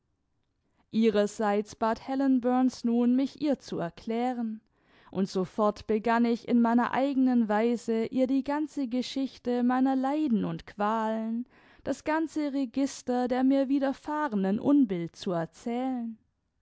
ihrerseits bat helen burns nun mich ihr zu erklären und sofort begann ich in meiner eigenen weise ihr die ganze geschichte meiner leiden und qualen das ganze register der mir widerfahrenen unbill zu erzählen